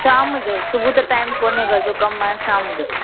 शाम जो सुबुह त टाइम कोन्हे कमु आहे घर जो शाम जो